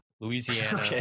Louisiana